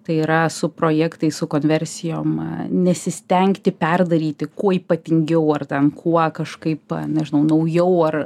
tai yra su projektais su konversijom nesistengti perdaryti kuo ypatingiau ar ten kuo kažkaip nežinau naujau ar